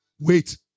Wait